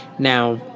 Now